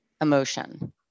emotion